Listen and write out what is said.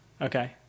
okay